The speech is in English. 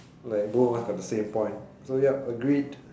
like both of us got the same point so yup agreed